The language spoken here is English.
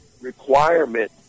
requirement